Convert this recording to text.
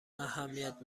اهمیت